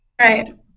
Right